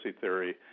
theory